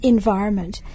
Environment